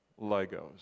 Legos